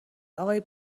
آقای